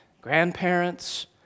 grandparents